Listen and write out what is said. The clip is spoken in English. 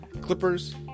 clippers